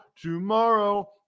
tomorrow